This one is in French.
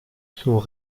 sont